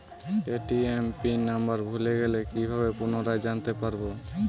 ATM pin number ভুলে গেলে কি ভাবে পুনরায় জানতে পারবো?